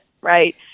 right